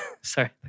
sorry